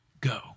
go